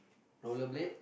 rollerblade